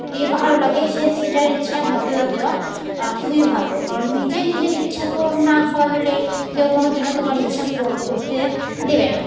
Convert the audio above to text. ইয়ে ভালো লাগে সে সেটার ইচ্ছার মর্যাদা দেওয়া খুবই ভালো কারণ নিজে নিজের ইচ্ছা পূরণ না করলে কেউ কোনো দিনও তোমার ইচ্ছা পূরণ করতে দেবে না